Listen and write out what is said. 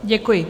Děkuji.